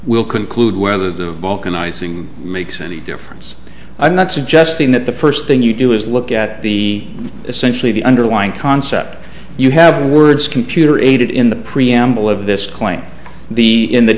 will conclude whether the balkanizing makes any difference i'm not suggesting that the first thing you do is look at the essentially the underlying concept you have the words computer aided in the preamble of this claim the in the